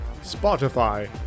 Spotify